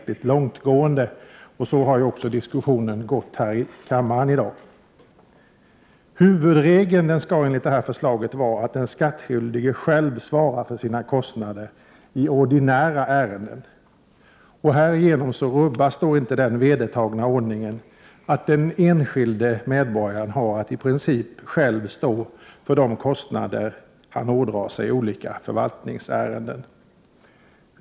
1988/89:124 långtgående, och så har ju också diskussionen gått här i kammaren i dag. 30 maj 1989 Huvudregeln skall enligt det här förslaget vara att den skattskyldige själv Ersättning för kostnad: svarar för sina kostnader i ordinära ärenden. Härigenom rubbas inte den FR. ;: 3 z «ov 0 eriärenden och mål vedertagna ordningen, som innebär att den enskilde medborgaren i princip käft om ska har att själv stå för de kostnader han ådrar sig i olika förvaltningsärenden.